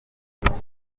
yasize